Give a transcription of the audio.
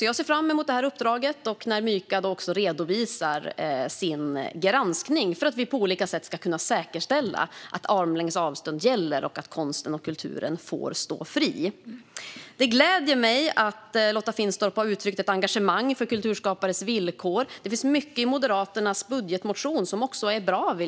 Jag ser fram emot det uppdraget och att Myka ska redovisa resultatet av sin granskning så att vi på olika sätt kan säkerställa att armlängds avstånd gäller och att konsten och kulturen får stå fria. Det gläder mig att Lotta Finstorp har uttryckt ett engagemang för kulturskapares villkor. Jag vill säga att det finns mycket i Moderaternas budgetmotion om detta som också är bra.